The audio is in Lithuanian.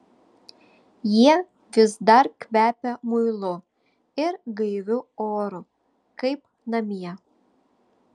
jie vis dar kvepia muilu ir gaiviu oru kaip namie